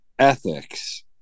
ethics